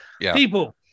people